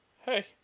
Hey